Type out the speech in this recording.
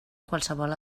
qualsevol